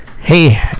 Hey